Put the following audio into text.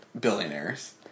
billionaires